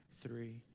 three